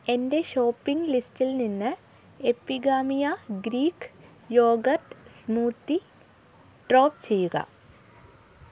എന്റെ ഷോപ്പിംഗ് ലിസ്റ്റിൽ നിന്ന് Epigamia Greek yoghurt smoothie drop ചെയ്യുക